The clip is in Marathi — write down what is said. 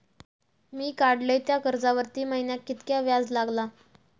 मी काडलय त्या कर्जावरती महिन्याक कीतक्या व्याज लागला?